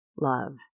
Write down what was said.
love